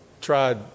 tried